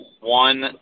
one